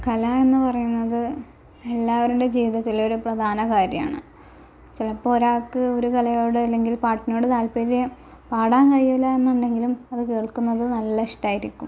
കല എന്ന് പറയുന്നത് എല്ലാവരുടെയും ജീവിതത്തിൽ ഒരു പ്രധാന കാര്യമാണ് ചിലപ്പോൾ ഒരാൾക്ക് ഒരു കലയോട് അല്ലെങ്കിൽ പാട്ടിനോട് താൽപര്യം പാടാൻ കഴിയില്ല എന്നുണ്ടെങ്കിലും അത് കേൾക്കുന്നത് നല്ല ഇഷ്ടമായിരിക്കും